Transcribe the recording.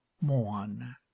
mourn